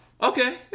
Okay